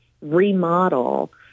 remodel